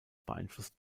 beeinflusst